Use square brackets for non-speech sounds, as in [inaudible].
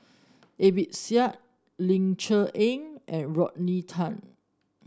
A B [unintelligible] Ling Cher Eng and Rodney Tan